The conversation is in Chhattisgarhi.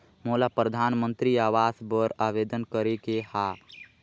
मोला परधानमंतरी आवास बर आवेदन करे के हा?